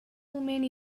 moment